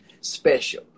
special